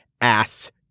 ass